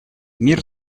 мир